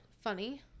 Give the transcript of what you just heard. funny